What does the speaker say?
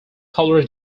colour